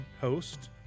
host